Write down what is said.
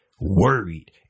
worried